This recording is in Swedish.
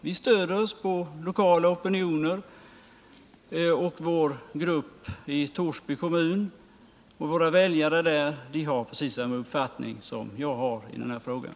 Vi stöder oss på lokala opinioner, och vår grupp i Torsby kommun och våra väljare där har precis samma uppfattning som jag i den här frågan.